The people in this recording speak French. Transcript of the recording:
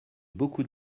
beaucoup